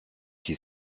qui